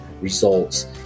results